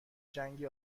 جنگ